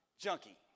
junkie